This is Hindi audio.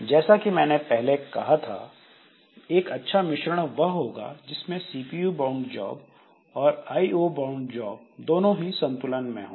जैसा कि मैंने पहले कहा था एक अच्छा मिश्रण वह होगा जिसमें सीपीयू बाउंड जॉब और आईओ बाउंड जॉब दोनों ही संतुलन में हों